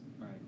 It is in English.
right